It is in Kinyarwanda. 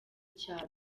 cyaro